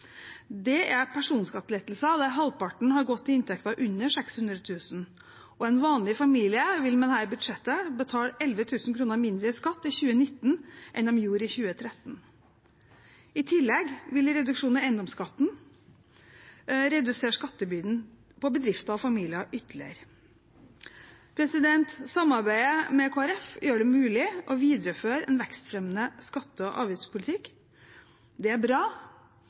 Det er personskattelettelser, der halvparten har gått til inntekter under 600 000 kr. En vanlig familie vil med dette budsjettet betale 11 000 kr mindre i skatt i 2019, enn de gjorde i 2013. I tillegg vil reduksjon i eiendomsskatten redusere skattebyrden på bedrifter og familier ytterligere. Samarbeidet med Kristelig Folkeparti gjør det mulig å videreføre en vekstfremmende skatte- og avgiftspolitikk. Det er bra.